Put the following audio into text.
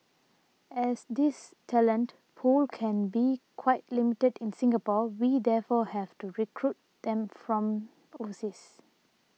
as this talent pool can be quite limited in Singapore we therefore have to recruit them from overseas